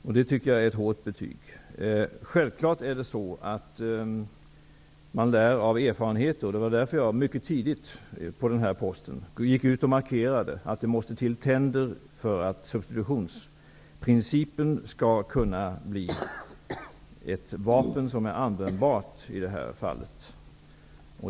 Detta tycker jag är ett hårt betyg. Självfallet lär man av erfarenhet. Det var därför som jag på denna post mycket tidigt markerade att det måste till tänder för att substitutionsprincipien skall kunna bli ett vapen som är användbart i detta fall.